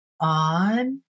on